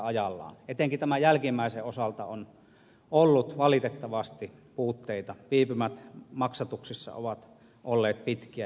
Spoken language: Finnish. etenkin tämän jälkimmäisen osalta on ollut valitettavasti puutteita viipymät maksatuksessa ovat olleet pitkiä